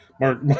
Mark